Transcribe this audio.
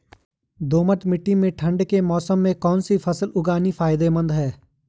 दोमट्ट मिट्टी में ठंड के मौसम में कौन सी फसल उगानी फायदेमंद है?